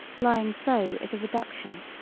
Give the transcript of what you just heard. lying so is a reduction,